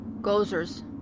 Gozers